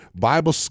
Bible